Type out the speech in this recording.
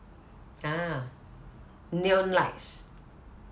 ah neon lights